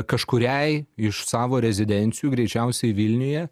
kažkuriai iš savo rezidencijų greičiausiai vilniuje